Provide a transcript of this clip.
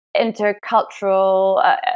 intercultural